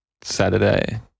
Saturday